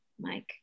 Mike